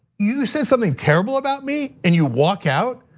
you say something terrible about me and you walk out,